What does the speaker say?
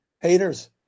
Haters